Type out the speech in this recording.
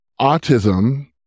autism